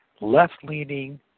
left-leaning